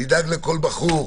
נדאג לכל בחור,